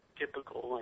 typical